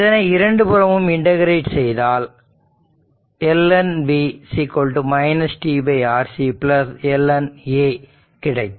இதனை இரண்டு புறமும் இன்டகிரேட் செய்தால் ln tRC ln கிடைக்கும்